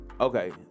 Okay